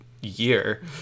year